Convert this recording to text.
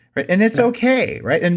right? and it's okay, right? and